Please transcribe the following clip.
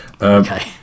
okay